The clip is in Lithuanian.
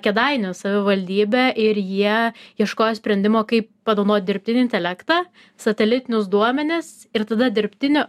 kėdainių savivaldybe ir jie ieškojo sprendimo kaip panaudot dirbtinį intelektą satelitinius duomenis ir tada dirbtinio